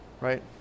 right